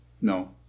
No